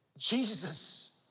Jesus